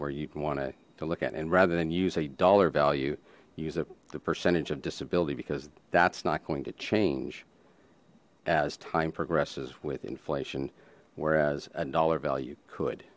where you'd want to look at and rather than use a dollar value use a the percentage of disability because that's not going to change as time progresses with inflation whereas a dollar value could